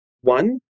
One